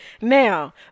Now